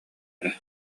эрэ